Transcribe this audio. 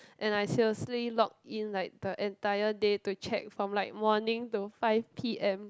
and I seriously log in like the entire day to check from like morning to five P_M